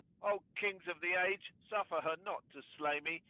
o kings of the age, suffer her not to slay me,